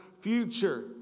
future